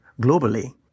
globally